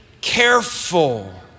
careful